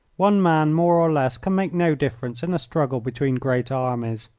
one man more or less can make no difference in a struggle between great armies,